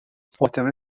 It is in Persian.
فاطمه